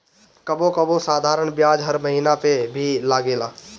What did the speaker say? कबो कबो साधारण बियाज हर महिना पअ भी लागेला